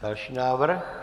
Další návrh.